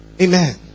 Amen